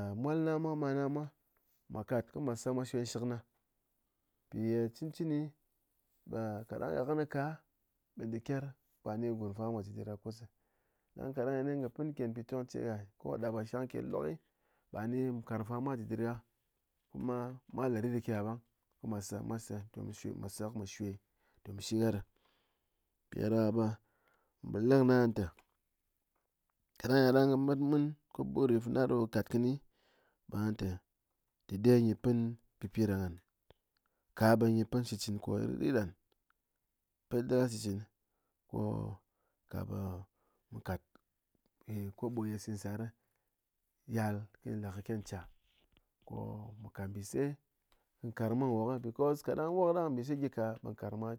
mol na mwa mal na mwa, mwá kat ko mwa se nshɨk na, mpi ye cɨn cɨni ɓ kaɗang gha kɨ nɨka ɓe dakyir ɓa ni gurm fa mwa mwá ji ɗer gha kus, ɗang yaɗang kɨ pɨn ken pitong che gha ko ɗap gha shang ke lok, ɓani nkarng fa mwa ji ɗɨr gha kuma mwa lerit ke gha ɓang ko mwa se mwa se to mwa shwe mwa se to mwa shwe tom shi gha ɗe, mpiɗáɗaká ɓe po le kɨné aha té kaɗang yaɗang kɨ mat mun kɨ buri fana ɗo kat kɨni, ɓe ghan té dɨde nyi pen pɨpiɗa ghan ka be nyi pɨn shitchɨn koye ritrit ɗán ko kaɓe mu kat koɓo nyi sit sar yal nyi lekɨ ke ncha ko mu kat mbise nkarng mwa wok because kaɗang wok ɗang mbise gyika ɓe nkarng mwa